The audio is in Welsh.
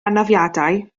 anafiadau